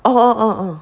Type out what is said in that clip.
orh orh orh orh